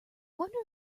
wonder